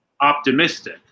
optimistic